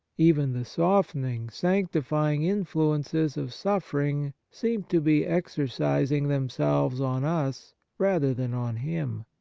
even the softening, sancti fying influences of suffering seem to be exercising themselves on us rather than on him.